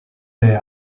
they